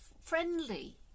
friendly